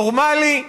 נורמלי,